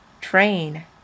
train